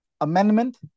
amendment